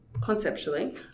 conceptually